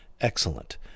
excellent